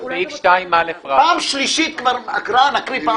תקרא את הנוסח, כולנו רוצים לדעת.